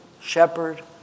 shepherd